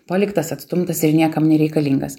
paliktas atstumtas ir niekam nereikalingas